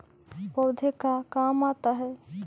पौधे का काम आता है?